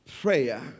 Prayer